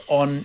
on